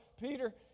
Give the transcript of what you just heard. Peter